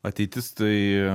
ateitis tai